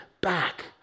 back